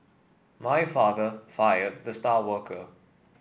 my father fired the star worker